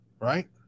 right